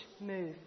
move